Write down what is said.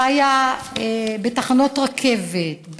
חיה בתחנות רכבת,